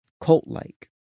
cult-like